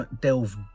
delve